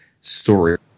story